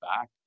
back